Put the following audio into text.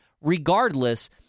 Regardless